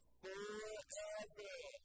forever